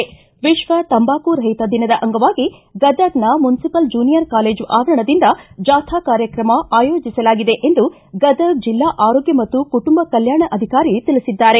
ವಿಶ್ವ ತಂಬಾಕು ರಹಿತ ದಿನದ ಅಂಗವಾಗಿ ಗದಗ್ನ ಮುನ್ಸಿಪಲ್ ಜೂನಿಯರ್ ಕಾಲೇಜು ಅವರಣದಿಂದ ಜಾಥಾ ಕಾರ್ಯಕ್ರಮ ಆಯೋಜಿಸಲಾಗಿದೆ ಎಂದು ಗದಗ್ ಜಿಲ್ಲಾ ಆರೋಗ್ಯ ಮತ್ತು ಕುಟುಂಬ ಕಲ್ಯಾಣಾಧಿಕಾರಿ ತಿಳಿಬಿದ್ದಾರೆ